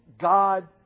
God